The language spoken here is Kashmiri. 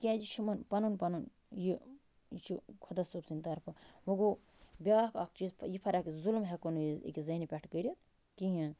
تِکیٛازِ یہِ چھِ یِمَن پَنُن پَنُن یہِ یہِ چھُ خۄدا صوب سٔنٛد طرفہٕ وٕ گوٚو بیاکھ اَکھ چیٖز یہِ فرق ظُلُم ہٮ۪کَو نہٕ أکِس زَنٛنہِ پٮ۪ٹھ کٔرِتھ کِہیٖنۍ